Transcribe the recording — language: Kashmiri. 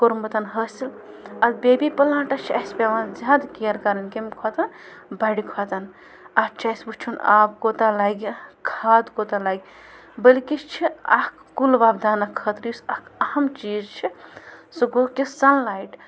کوٚرمُت حٲصِل اَتھ بیبی پٕلانٛٹَس چھِ اَسہِ پٮ۪وان زیادٕ کِیَر کَرٕنۍ کیٚمۍ کھۄتہٕ بَڑِ کھۄتَن اَتھ چھِ اَسہِ وٕچھُن آب کوتاہ لَگہِ کھاد کوتاہ لَگہِ بٔلکہِ چھِ اَکھ کُل وۄپداونہٕ خٲطرٕ یُس اَکھ اہم چیٖز چھِ سُہ گوٚو کہِ سَن لایِٹ